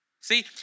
See